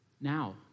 now